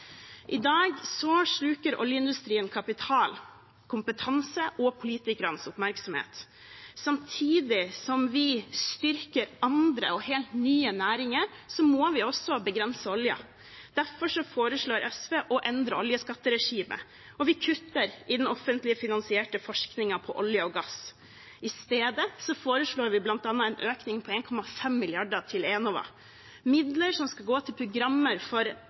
I dag sluker oljeindustrien kapital, kompetanse og politikernes oppmerksomhet. Samtidig som vi styrker andre og helt nye næringer, må vi også begrense oljen. Derfor foreslår SV å endre oljeskatteregimet, og vi kutter i den offentlig finansierte forskningen på olje og gass. I stedet foreslår vi bl.a. en økning på 1,5 mrd. kr til Enova, midler som skal gå til programmer i industrien for